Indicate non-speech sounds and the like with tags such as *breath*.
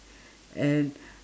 *breath* and *breath*